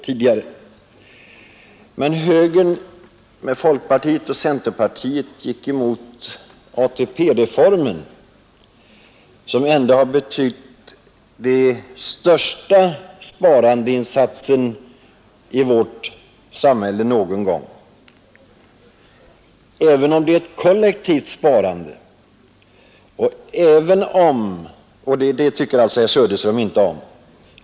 Högern gick på sin tid tillsammans med folkpartiet och centerpartiet emot ATP-reformen, som ändå har betytt den största sparandeinsatsen i vårt samhälle i vår tid. Det är ett kollektivt sparande — och det tycker alltså herr Söderström inte om.